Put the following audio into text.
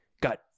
got